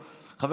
איננו,